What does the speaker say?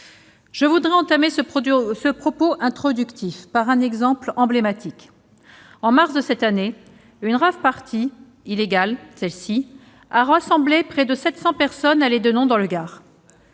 Je voudrais entamer ce propos introductif en évoquant un exemple emblématique : en mars de cette année, une rave-party illégale a rassemblé près de 700 personnes à Lédenon, dans le Gard.